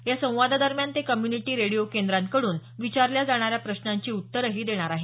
या संवादादरम्यान ते कम्युनिटी रेडिओ केंद्रांकडून विचारल्या जाणाऱ्या प्रश्नांची उत्तरंही देणार आहेत